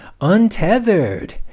untethered